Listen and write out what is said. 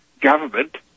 government